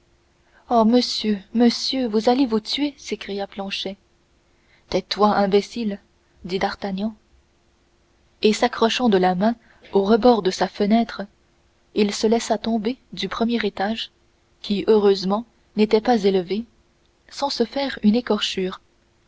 oh monsieur monsieur vous allez vous tuer s'écria planchet tais-toi imbécile dit d'artagnan et s'accrochant de la main au rebord de sa fenêtre il se laissa tomber du premier étage qui heureusement n'était pas élevé sans se faire une écorchure